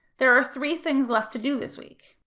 there are three things left to do this week.